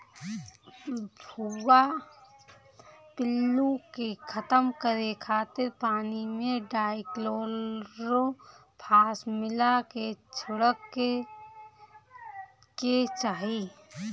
भुआ पिल्लू के खतम करे खातिर पानी में डायकलोरभास मिला के छिड़के के चाही